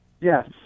Yes